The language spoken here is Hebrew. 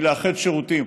לאחד שירותים,